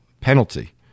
penalty